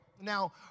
now